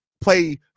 play